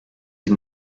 die